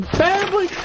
family